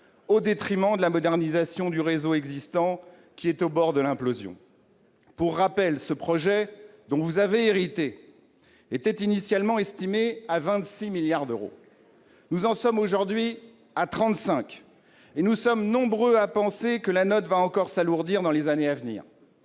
au détriment de la modernisation du réseau existant qui est au bord de l'implosion. Pour rappel, ce projet, dont vous avez hérité, était initialement estimé à 26 milliards d'euros. Nous en sommes aujourd'hui à 35 milliards d'euros, et nous sommes nombreux à penser que la note va encore s'alourdir dans les années à venir.